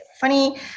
funny